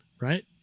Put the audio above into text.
right